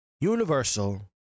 Universal